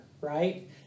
right